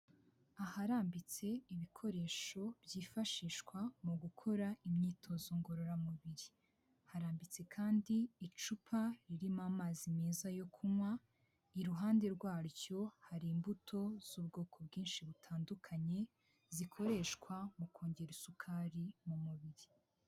Aharambitse ibikoresho byifashishwa mu gukora imyitozo ngororamubiri, harambitse kandi icupa ririmo amazi meza yo kunywa, iruhande rwaryo hari imbuto z'ubwoko bwinshi butandukanye zikoreshwa mu kongera isukari mu mubiri.